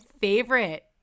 favorite